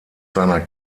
seiner